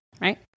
right